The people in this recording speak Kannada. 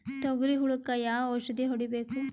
ತೊಗರಿ ಹುಳಕ ಯಾವ ಔಷಧಿ ಹೋಡಿಬೇಕು?